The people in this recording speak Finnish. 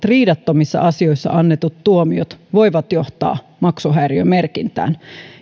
riidattomissa asioissa annetut tuomiot voivat johtaa maksuhäiriömerkintään